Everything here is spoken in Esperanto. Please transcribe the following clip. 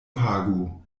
pagu